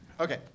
Okay